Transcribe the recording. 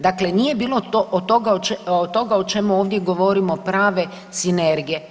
Dakle nije bilo od toga o čemu ovdje govorimo prave sinergije.